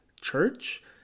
church